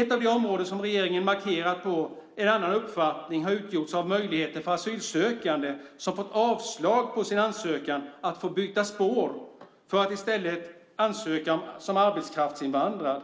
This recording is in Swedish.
Ett av de områden där regeringen har markerat en annan uppfattning har utgjorts av möjligheten för asylsökande som fått avslag på sin ansökan att byta spår för att i stället ansöka som arbetskraftsinvandrad.